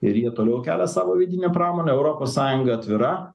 ir jie toliau kelia savo vidinę pramonę europos sąjunga atvira